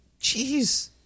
Jeez